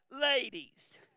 ladies